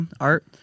art